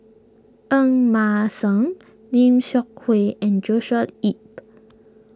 Ng Mah Seng Lim Seok Hui and Joshua Ip